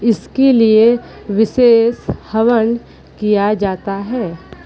इसके लिए विशेष हवन किया जाता है